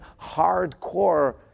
hardcore